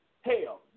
hell